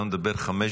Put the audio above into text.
אתה מדבר חמש דקות.